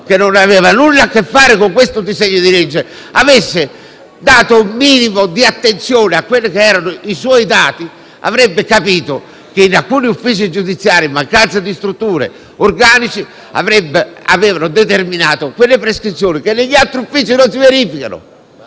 che non aveva nulla a che fare con questo disegno di legge, avesse dato un minimo di attenzione ai suoi dati, avrebbe capito che in alcuni uffici giudiziari la mancanza di strutture e di organici ha determinato quelle prescrizioni che negli altri uffici non si verificano.